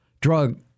drug